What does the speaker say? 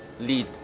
Lead